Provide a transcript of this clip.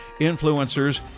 influencers